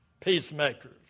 peacemakers